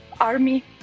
army